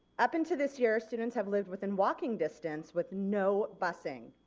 up into this year students have lived within walking distance with no busing.